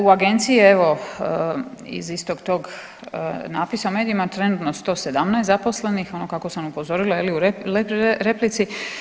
U agenciji je evo iz istog tog napisa u medijima trenutno 117 zaposlenih ono kako sam upozorila u replici.